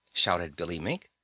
shouted billy mink.